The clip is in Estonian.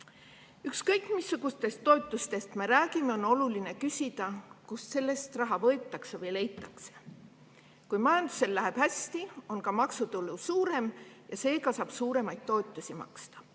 missugustest toetustest me räägime, on oluline küsida, kust selleks raha võetakse või leitakse. Kui majandusel läheb hästi, on ka maksutulu suurem ja seega saab suuremaid toetusi maksta.